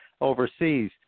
overseas